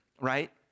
right